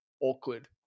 awkward